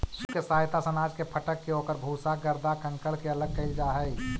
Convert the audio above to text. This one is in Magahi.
सूप के सहायता से अनाज के फटक के ओकर भूसा, गर्दा, कंकड़ के अलग कईल जा हई